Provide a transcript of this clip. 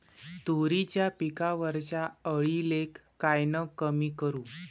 तुरीच्या पिकावरच्या अळीले कायनं कमी करू?